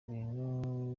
ibintu